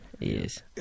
Yes